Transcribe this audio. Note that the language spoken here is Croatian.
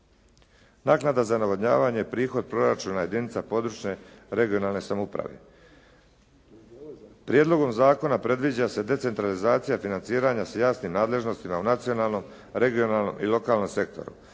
Naknada za navodnjavanje i prihod proračuna jedinica područne regionalne samouprave. Prijedlogom zakona predviđa se decentralizacija financiranja sa jasnim nadležnostima u nacionalnoj, regionalnoj i lokalnom sektoru.